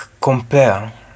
compare